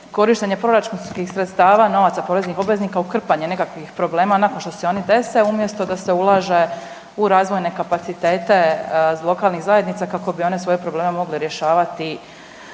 korištenje proračunskih sredstava novaca poreznih obveznika u krpanje nekakvih problema nakon što se oni dese umjesto da se ulaže u razvojne kapacitete lokalnih zajednica kako bi one svoje probleme mogle rješavati